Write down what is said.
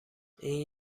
این